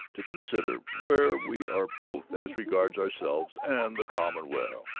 to consider where we are both as regards ourselves and the common weal.